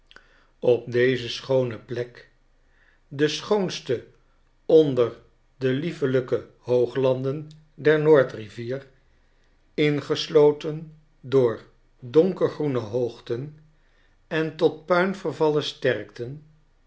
op deze schoone plek de schoonste onder de liefelijke hooglanden der noordrivier ingesloten door donkergroene hoogten en tot puin vervallen sterkten